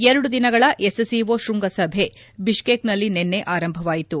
ಎರಡು ದಿನಗಳ ಎಸ್ಸಿಒ ಶ್ವಂಗಸಭೆ ಬಿಷ್ಲೇಕ್ನಲ್ಲಿ ನಿನ್ನೆ ಆರಂಭವಾಯಿತು